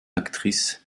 actrices